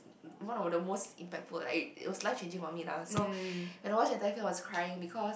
one of the most impactful like it was life changing for me lah so when I watch the entire film I was crying because